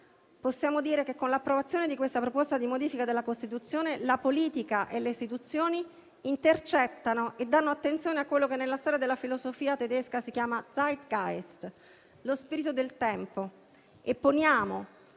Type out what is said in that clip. Possiamo dire che con l'approvazione di questa proposta di modifica della Costituzione, la politica e le istituzioni intercettano e danno attenzione a quello che nella storia della filosofia tedesca si chiama *Zeitgeist*, lo spirito del tempo,